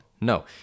No